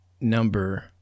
Number